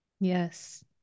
Yes